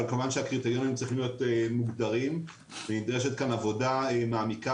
אבל כמובן שהקריטריונים צריכים להיות מוגדרים ונדרשת כאן עבודה מעמיקה